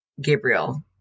Gabriel